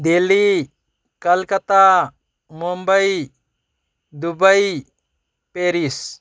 daily Kolkata Mumbai Dubai Paris